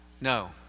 No